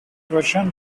version